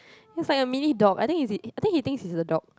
it's like mini dog I think is it I think he think he's a dog